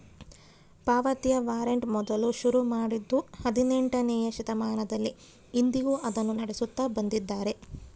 ಪಾವತಿಯ ವಾರಂಟ್ ಮೊದಲು ಶುರು ಮಾಡಿದ್ದೂ ಹದಿನೆಂಟನೆಯ ಶತಮಾನದಲ್ಲಿ, ಇಂದಿಗೂ ಅದನ್ನು ನಡೆಸುತ್ತ ಬಂದಿದ್ದಾರೆ